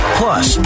plus